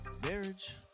Marriage